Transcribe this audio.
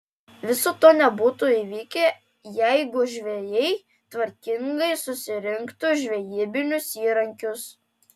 viso to nebūtų įvykę jeigu žvejai tvarkingai susirinktų žvejybinius įrankius